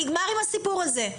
נגמר עם הסיפור הזה.